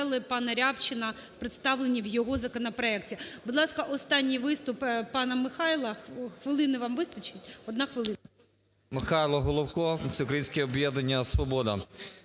Михайло Головко, Всеукраїнське об'єднання "Свобода".